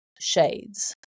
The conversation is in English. shades